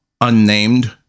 unnamed